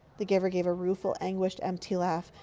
the giver gave a rueful, anguished, empty laugh.